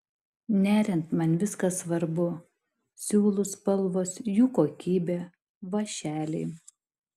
neriant man viskas svarbu siūlų spalvos jų kokybė vąšeliai